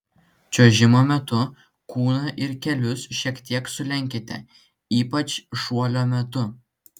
čiuožimo metu kūną ir kelius šiek tiek sulenkite ypač šuolio metu